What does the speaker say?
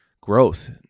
growth